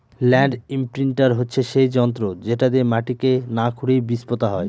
land imprinter হচ্ছে সেই যন্ত্র যেটা দিয়ে মাটিকে না খুরেই বীজ পোতা হয়